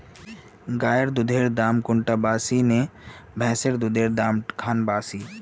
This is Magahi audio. गायेर दुधेर दाम कुंडा बासी ने भैंसेर दुधेर र दाम खान बासी?